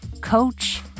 coach